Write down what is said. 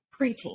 preteen